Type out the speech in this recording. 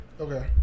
Okay